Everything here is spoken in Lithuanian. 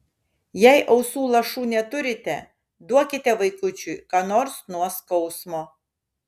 jei ausų lašų neturite duokite vaikučiui ką nors nuo skausmo